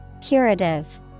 Curative